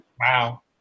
Wow